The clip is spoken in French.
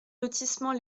lotissement